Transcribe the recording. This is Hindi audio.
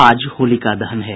आज होलिका दहन है